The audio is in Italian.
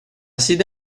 sede